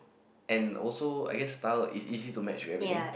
and also I guess style it's easy to match with everything